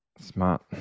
Smart